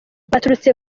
baturutse